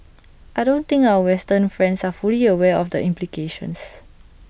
I don't think our western friends are fully aware of the implications